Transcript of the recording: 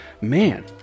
Man